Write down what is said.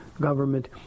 government